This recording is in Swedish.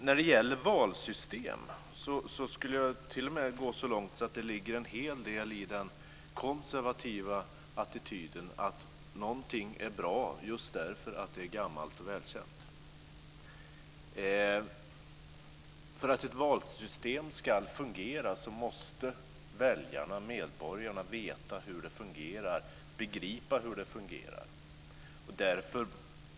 När det gäller valsystem vill jag t.o.m. gå så långt som att säga att det ligger en hel del i den konservativa attityden, att någonting är bra just därför att det är gammalt och välkänt. För att ett valsystem ska kunna tillämpas måste väljarna, medborgarna, begripa hur det fungerar.